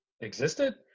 existed